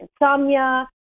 insomnia